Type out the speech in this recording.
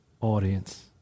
audience